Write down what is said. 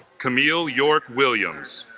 camille york williams